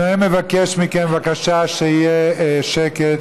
אני מבקש מכם שיהיה שקט,